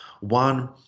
one